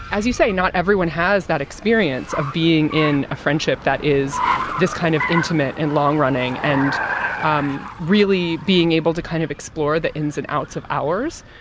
as you say, not everyone has that experience of being in a friendship that is this kind of intimate and long running and um really being able to kind of explore the ins and outs of ours.